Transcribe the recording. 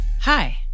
Hi